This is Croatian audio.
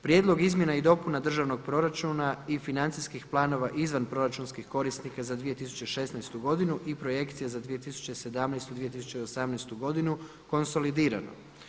Prijedlog izmjena i dopuna Državnog proračuna i financijskih planova izvanproračunskih korisnika za 2016. godinu i projekcije za 2017., 2018. godinu konsolidirano.